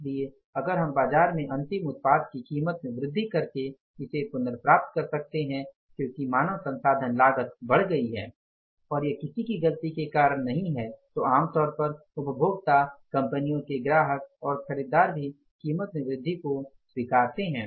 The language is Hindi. इसलिए अगर हम बाजार में अंतिम उत्पाद की कीमत में वृद्धि करके इसे पुनर्प्राप्त कर सकते हैं क्योंकि मानव संसाधन लागत बढ़ गई है और यह किसी की गलती के कारण नहीं है तो आम तौर पर उपभोक्ता कंपनियों के ग्राहक और खरीदार भी कीमत में वृद्धि को स्वीकार करते हैं